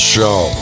Show